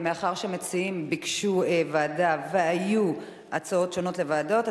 מאחר שמציעים ביקשו ועדה והיו הצעות שונות לוועדות,